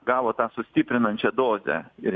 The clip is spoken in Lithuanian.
gavo tą sustiprinančią dozę ir